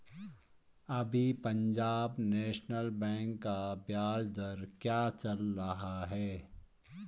अभी Punjab national bank का ब्याज दर क्या चल रहा है?